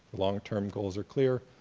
long term goals are clear,